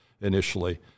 initially